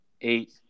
eight